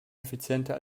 effizienter